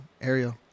Ariel